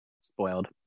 Spoiled